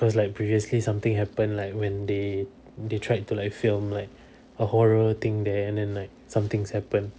cause like previously something happened lah when they they tried to like film like a horror thing there and like something happened